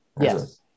yes